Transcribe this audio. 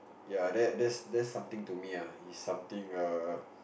ya that that's that's something to me ah it's something err